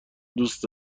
دوست